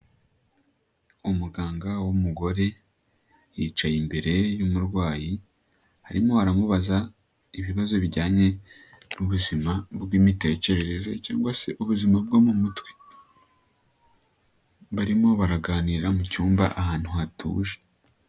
Umuganga w'umugore yicaye imbere y'umurwayi arimo aramubaza ibibazo bijyanye n'ubuzima bw'imitekerereze cyangwa se ubuzima bwo mu mutwe barimo baraganira mu cyumba ahantu hatuje.